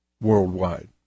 worldwide